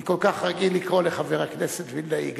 אני כל כך רגיל לקרוא לחבר הכנסת וילנאי גם.